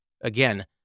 Again